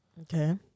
Okay